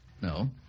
No